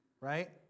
right